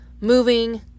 moving